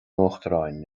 uachtaráin